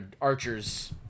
Archer's